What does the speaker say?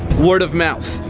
word of mouth.